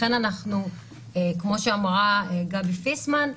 כמו שאמרה גבי פיסמן,